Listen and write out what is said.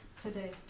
today